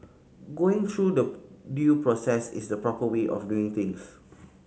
going through the due process is the proper way of doing things